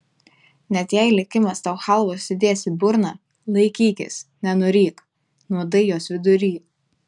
net jei likimas tau chalvos įdės į burną laikykis nenuryk nuodai jos vidury